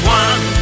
one